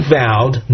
vowed